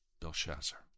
Belshazzar